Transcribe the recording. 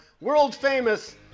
world-famous